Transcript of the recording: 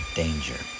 danger